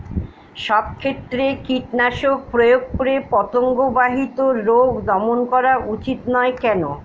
সব ক্ষেত্রে কীটনাশক প্রয়োগ করে পতঙ্গ বাহিত রোগ দমন করা উচিৎ নয় কেন?